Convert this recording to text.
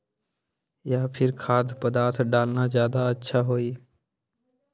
या फिर खाद्य पदार्थ डालना ज्यादा अच्छा होई?